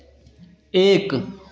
एक